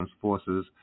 forces